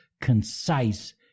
concise